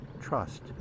trust